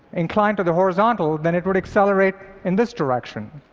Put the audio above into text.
inclined to the horizontal, then it would accelerate in this direction.